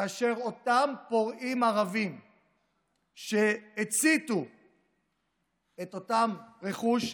כאשר אותם פורעים ערבים הציתו את אותו רכוש,